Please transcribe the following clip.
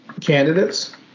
candidates